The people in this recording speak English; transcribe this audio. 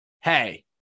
hey